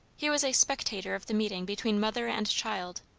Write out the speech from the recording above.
he was a spectator of the meeting between mother and child.